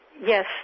yes